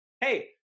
Hey